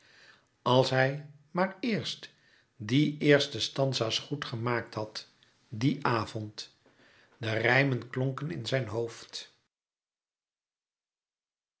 als hij maar eerst die eerste stanza's goed gemaakt had dien avond de rijmen klonken in zijn hoofd